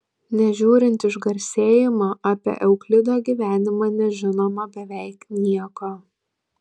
nežiūrint išgarsėjimo apie euklido gyvenimą nežinoma beveik nieko